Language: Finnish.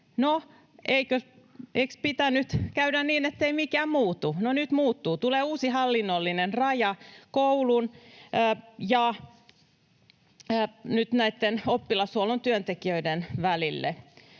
eikö pitänyt käydä niin, ettei mikään muutu? No nyt muuttuu: tulee uusi hallinnollinen raja koulun ja näitten oppilashuollon työntekijöiden välille.